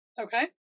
okay